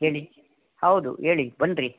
ಹೇಳಿ ಹೌದು ಹೇಳಿ ಬನ್ನಿರಿ